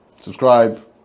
subscribe